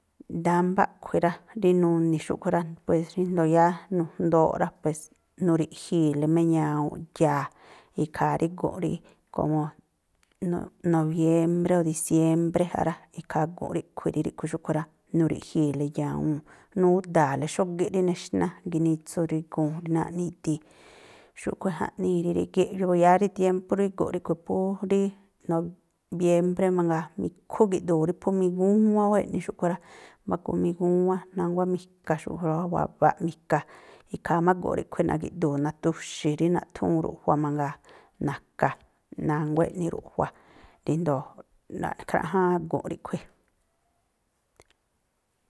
Ndámbá a̱ꞌkhui̱ rá. Rí nuni̱ xúꞌkhui̱ rá, pues ríjndo̱o yáá nujndooꞌ rá, pues nuri̱ꞌjii̱le má ya̱a̱, ikhaa rí gu̱nꞌ rí komo nobiémbré o̱ diciémbré ja rá. Ikhaa gu̱nꞌ ríꞌkhui̱ rí ríꞌkhui̱ xúꞌkhui̱ rá, nuri̱ꞌjii̱le ya̱wuu̱n. Nuda̱a̱le xógíꞌ rí nexná ginitsu dríguu̱n rí náa̱ꞌ nidii̱. Xúꞌkhui̱ jaꞌnii rí rígíꞌ. Yáá rí tiémpú rí gu̱nꞌ ríꞌkhui̱, phú rí nobiémbré mangaa, ikhú igi̱ꞌdu̱u̱ rí phú migúwán wáa̱ eꞌni xúꞌkhui̱ rá. Mbáku migúwán, nánguá mika xúꞌkhui̱ rá. Wabaꞌ mika, ikhaa má gu̱nꞌ ríꞌkhui̱ nagi̱ꞌdu̱u̱ natuxi̱ rí naꞌthúún ruꞌjua mangaa. Na̱ka̱, nánguá eꞌni ruꞌjua ríjndo̱o nakhráꞌjáán gu̱nꞌ ríꞌkhui̱.